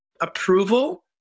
approval